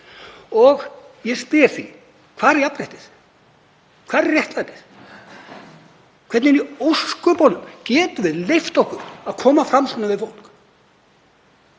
Ég spyr því: Hvar er jafnréttið? Hvar er réttlætið? Hvernig í ósköpunum getum við leyft okkur að koma svona fram við fólk?